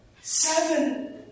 Seven